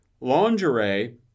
lingerie